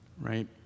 right